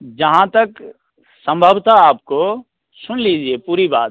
जहाँ तक संभवतः आपको सुन लीजिए पूरी बात